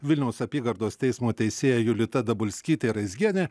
vilniaus apygardos teismo teisėja julita dabulskytė raizgienė